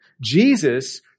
Jesus